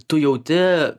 tu jauti